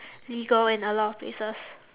legal in a lot of places